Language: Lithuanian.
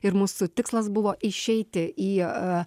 ir mūsų tikslas buvo išeiti į